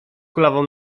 kulawą